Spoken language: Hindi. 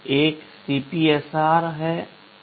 एक CPSR है और कई SPSR हैं